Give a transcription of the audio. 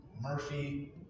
Murphy